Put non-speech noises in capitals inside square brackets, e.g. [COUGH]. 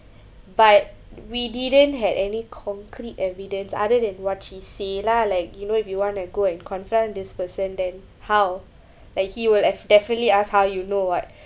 but we didn't had any concrete evidence other than what she say lah like you know if you want to go and confront this person then how like he will have definitely ask how you know what [BREATH]